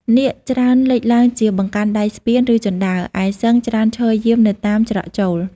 នាគច្រើនលេចឡើងជាបង្កាន់ដៃស្ពាន ឬជណ្តើរ ឯសិង្ហច្រើនឈរយាមនៅតាមច្រកចូល។